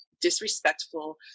disrespectful